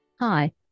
Hi